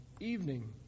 evening